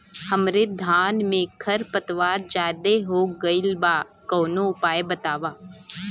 हमरे धान में खर पतवार ज्यादे हो गइल बा कवनो उपाय बतावा?